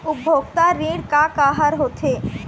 उपभोक्ता ऋण का का हर होथे?